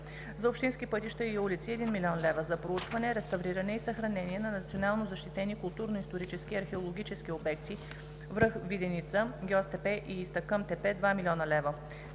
за общински пътища и улици – 1 млн. лв. - за проучване, реставриране и съхранение на национално защитени културно-исторически и археологически обекти, връх Виденица (Гьоз тепе) и Изтъкъм тепе – 2 млн. лв.